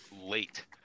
late